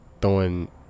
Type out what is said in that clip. throwing